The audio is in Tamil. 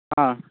ஆ